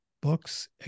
books